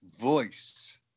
voice